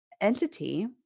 entity